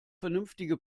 vernünftige